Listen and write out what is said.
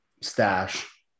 stash